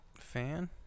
fan